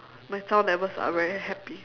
my sound levels are very happy